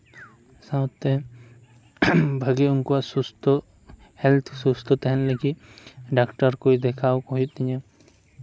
ᱥᱟᱶᱛᱮ ᱵᱷᱟᱹᱜᱤ ᱩᱱᱠᱩᱣᱟᱜ ᱥᱩᱥᱛᱷᱚ ᱦᱮᱞᱛᱷ ᱥᱩᱥᱛᱷᱳ ᱛᱟᱦᱮᱱ ᱞᱟᱹᱜᱤᱫ ᱰᱟᱠᱴᱚᱨ ᱠᱚ ᱫᱮᱠᱷᱟᱣ ᱟᱠᱚ ᱦᱩᱭᱩᱜ ᱛᱤᱧᱟᱹ